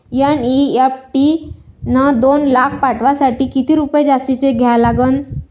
NEFT न दोन लाख पाठवासाठी किती रुपये जास्तचे द्या लागन?